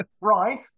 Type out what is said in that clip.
Right